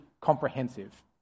comprehensive